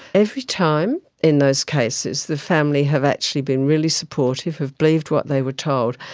every time in those cases the family have actually been really supportive, have believed what they were told,